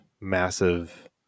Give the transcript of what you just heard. massive